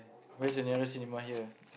where's the nearest cinema here